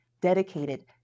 dedicated